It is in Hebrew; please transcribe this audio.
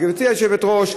גברתי היושבת-ראש,